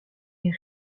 des